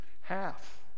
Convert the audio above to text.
half